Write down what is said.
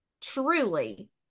Truly